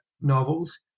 novels